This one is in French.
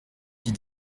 dit